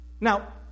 Now